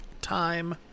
time